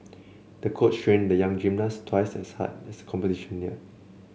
the coach trained the young gymnast twice as hard as the competition neared